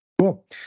Cool